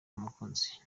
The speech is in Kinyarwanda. mukunzi